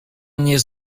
mnie